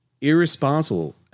Irresponsible